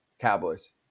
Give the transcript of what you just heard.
Cowboys